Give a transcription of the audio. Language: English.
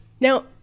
now